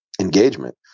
engagement